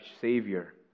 Savior